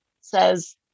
says